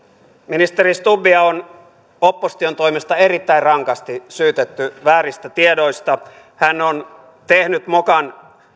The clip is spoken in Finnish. ministeri stubbia on opposition toimesta erittäin rankasti syytetty vääristä tiedoista hän on tehnyt mokan